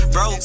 Bro